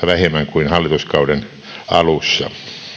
vähemmän kuin hallituskauden alussa